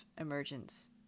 emergence